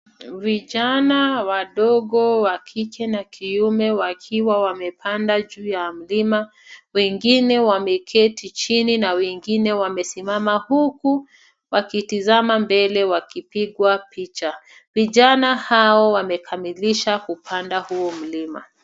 Vijana wadogo wa kike na kiume wakiwa wamepanda juu ya milima wengine wameketi jini na wengi wamesimama huku wakitazama mbele wakipikwa picha. Vijana hawa wamekamilisha kupanda huo mlima.